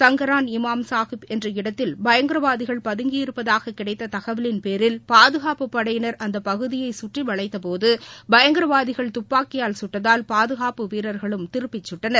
சுங்ரான் இமாம் சாகிப் என்ற இடத்தில் பயங்கரவாதிகள் பதுங்கியிருப்பதாக கிடைத்த தகவலின் பேரில் பாதுகாப்பு படையினர் அந்த பகுதியை சுற்றி வளைத்த போது பயங்கரவாதிகள் தப்பாக்கியால் கட்டதால் பாதுகாப்பு வீரர்களும் திருப்பிச் சுட்டனர்